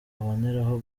aboneraho